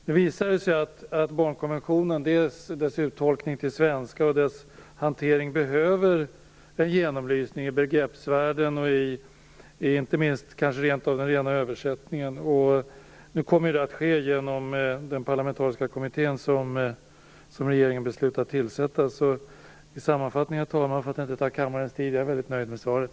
Det visade sig att barnkonventionen - dess uttolkning på svenska och dess hantering - behöver en genomlysning när det gäller begreppen och, inte minst, själva översättningen. Det kommer nu att ske genom den parlamentariska kommitté som regeringen har beslutat tillsätta. För att inte ta kammarens tid vill jag sammanfattningsvis säga att jag är mycket nöjd med svaret.